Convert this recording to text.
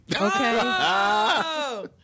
Okay